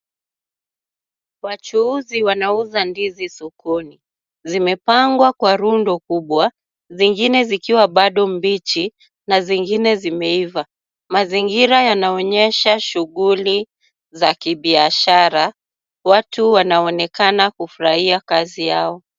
Wachuuzi wanauza ndizi sokoni. Zimepangwa kwa rundo kubwa, zingine zikiwa bado mbichi, na zingine zimeiva. Mazingira yanaonyesha shughuli za kibiashara. Watu wanaonekana kufurahia kazi yao.